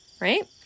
right